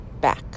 back